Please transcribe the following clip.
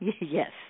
Yes